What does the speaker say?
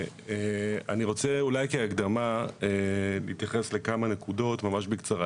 אני רוצה אולי כהקדמה להתייחס לכמה נקודות ממש בקצרה.